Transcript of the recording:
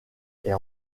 est